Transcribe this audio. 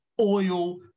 Oil